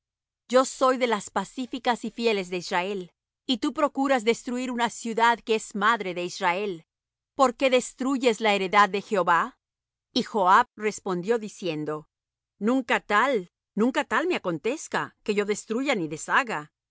yo soy de las pacíficas y fieles de israel y tú procuras destruir una ciudad que es madre de israel por qué destruyes la heredad de jehová y joab respondió diciendo nunca tal nunca tal me acontezca que yo destruya ni deshaga